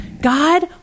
God